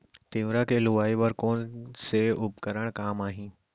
तिंवरा के लुआई बर कोन से उपकरण काम आही?